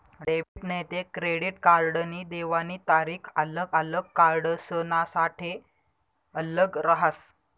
debit नैते credit कार्डनी देवानी तारीख आल्लग आल्लग कार्डसनासाठे आल्लग रहास